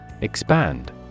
Expand